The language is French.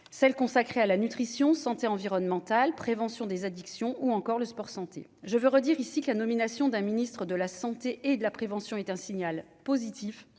celle consacrée à la nutrition santé environnementale, prévention des addictions ou encore le sport santé je veux redire ici que la nomination d'un ministre de la Santé et de la prévention est un signal positif